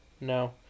No